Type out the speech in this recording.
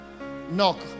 knock